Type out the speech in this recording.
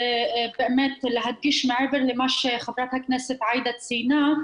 באמת ולהדגיש מעבר למה שחברת הכנסת עאידה ציינה,